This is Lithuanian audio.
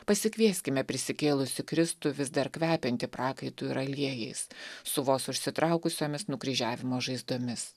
pasikvieskime prisikėlusį kristų vis dar kvepiantį prakaitu ir aliejais su vos užsitraukusiomis nukryžiavimo žaizdomis